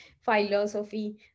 philosophy